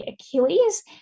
Achilles